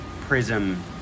prism-